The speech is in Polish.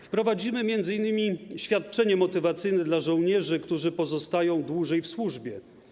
Wprowadzimy m.in. świadczenie motywacyjne dla żołnierzy, którzy pozostają dłużej w służbie.